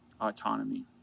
autonomy